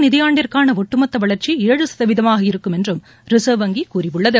நிதியாண்டிற்கானஒட்டுமொத்தவளர்ச்சி ஏழு சதவீதமாக நடப்பு இருக்கும் என்றும் ரிசர்வ் வங்கிகூறியுள்ளது